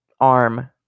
Arm